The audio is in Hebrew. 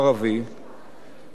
ניתן להוביל מהלך